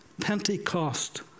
Pentecost